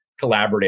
collaborative